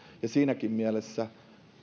ja siinäkin mielessä